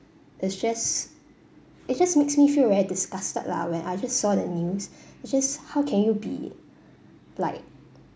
it's just it just makes me feel very disgusted lah when I just saw the news it's just how can you be like